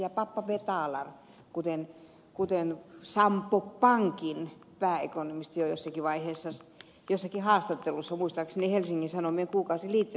ja pappa betalar kuten sampo pankin pääekonomisti on jossakin haastattelussa muistaakseni helsingin sanomien kuukausiliitteessä tuonut esille